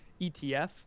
ETF